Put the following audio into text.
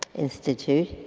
institute.